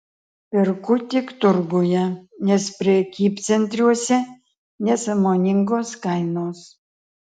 perku tik turguje nes prekybcentriuose nesąmoningos kainos